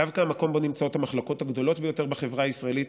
דווקא המקום שבו נמצאות המחלוקות הגדולות ביותר בחברה הישראלית